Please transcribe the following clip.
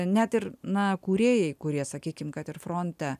net ir na kūrėjai kurie sakykim kad ir fronte